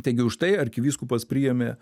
taigi užtai arkivyskupas priėmė